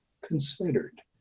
considered